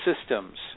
systems